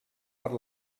per